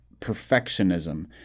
perfectionism